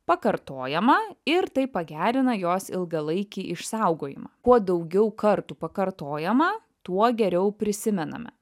pakartojama ir tai pagerina jos ilgalaikį išsaugojimą kuo daugiau kartų pakartojama tuo geriau prisimename